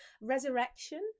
Resurrection